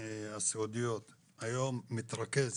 הסיעודיות היום מתרכז